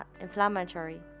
inflammatory